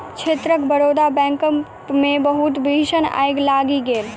क्षेत्रक बड़ौदा बैंकक मे बहुत भीषण आइग लागि गेल